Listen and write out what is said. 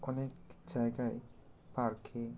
অনেক জায়গায় পার্কে